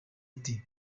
ati